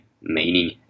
meaning